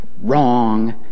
Wrong